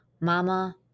mama